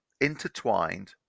intertwined